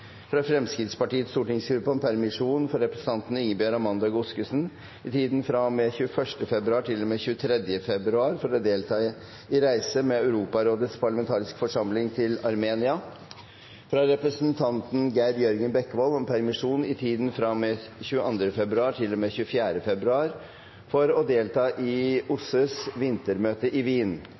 fra Fremskrittspartiets stortingsgruppe om permisjon for representanten Ingebjørg Amanda Godskesen i tiden fra og med 21. februar til og med 23. februar for å delta i reise med Europarådets parlamentariske forsamling til Armenia fra representanten Geir Jørgen Bekkevold om permisjon i tiden fra og med 22. februar til og med 24. februar for å delta i OSSEs vintermøte i Wien